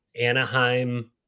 Anaheim